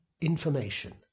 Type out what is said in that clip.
information